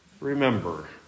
remember